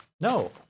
no